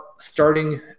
starting